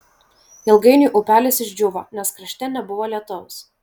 ilgainiui upelis išdžiūvo nes krašte nebuvo lietaus